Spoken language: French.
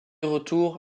retour